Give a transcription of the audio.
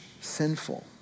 sinful